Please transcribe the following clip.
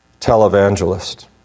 televangelist